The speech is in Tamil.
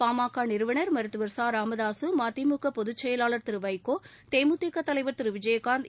பாமக நிறுவனர் மருத்துவர் ச ராமதாசு மதிமுக பொதுச்செயலாளர் திரு வைகோ தேமுதிக தலைவா் திரு விஜயகாந்த்